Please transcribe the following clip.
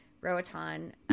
Roatan